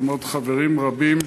עם עוד חברים רבים,